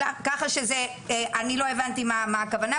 ככה שאני לא הבנתי מה הכוונה,